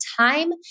time